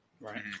Right